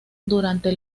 durante